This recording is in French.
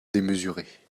démesurées